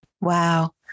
Wow